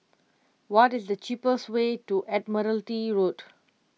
what is the cheapest way to Admiralty Road